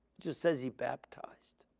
just as he baptized.